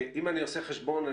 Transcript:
אם אני עושה חשבון,